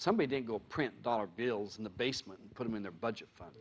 somebody didn't go print dollar bills in the basement put them in their budget fun